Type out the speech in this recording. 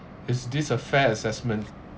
is this a fair assessment